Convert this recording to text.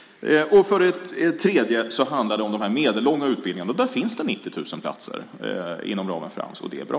Dessutom handlar det om de medellånga utbildningarna. Där finns det 90 000 platser inom ramen för Ams, och det är bra.